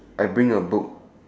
I bring a book